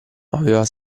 aveva